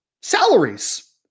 salaries